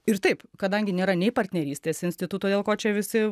ir taip kadangi nėra nei partnerystės instituto dėl ko čia visi